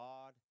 God